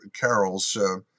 Carol's